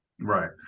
right